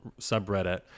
subreddit